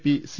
P C